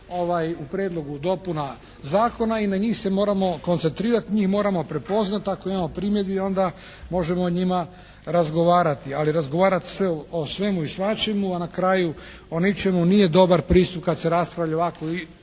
u Prijedlogu dopuna Zakona i na njih se moramo koncentrirati, njih moramo prepoznati. Ako imamo primjedbi onda možemo o njima razgovarati. Ali razgovarati o svemu i svačemu a na kraju o ničemu nije dobar pristup kad se raspravlja o ovako